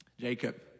Jacob